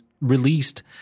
released